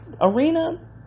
arena